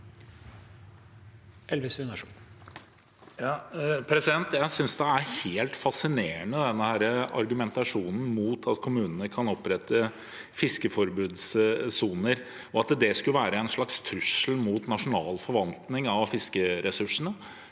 Jeg synes argumenta- sjonen mot at kommunene kan opprette fiskeforbudssoner, og at det skulle være en slags trussel mot nasjonal forvaltning av fiskeressursene,